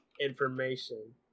information